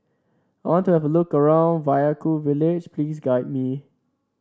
I want to have a look around Vaiaku village Please guide me